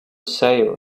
sale